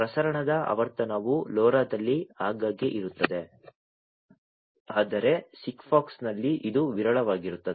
ಪ್ರಸರಣದ ಆವರ್ತನವು LoRaದಲ್ಲಿ ಆಗಾಗ್ಗೆ ಇರುತ್ತದೆ ಆದರೆ ಸಿಗ್ಫಾಕ್ಸ್ನಲ್ಲಿ ಇದು ವಿರಳವಾಗಿರುತ್ತದೆ